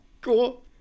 cool